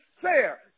fair